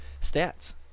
stats